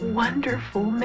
wonderful